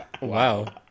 wow